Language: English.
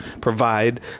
provide